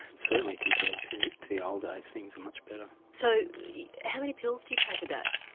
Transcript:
certainly compared to the old days things are much better. so how many pills do you take a day?